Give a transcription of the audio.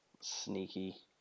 Sneaky